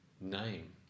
name